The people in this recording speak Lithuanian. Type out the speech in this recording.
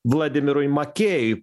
vladimirui makėjui